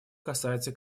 касается